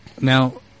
Now